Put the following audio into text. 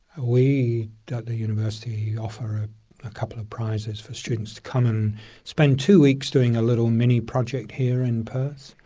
we at the university offer ah a couple of prizes for students to come and spend two weeks doing a little mini-project here in perth.